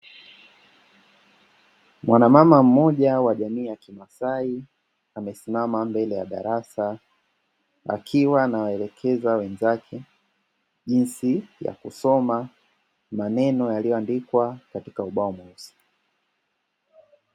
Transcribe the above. Mwanamama mmoja wa jamii ya Kimasai amesimama mbele ya darasa, akiwa anawaelekeza wenzake jinsi ya kusoma maneno yaliyoandikwa katika ubao mweusi.